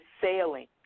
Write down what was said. sailing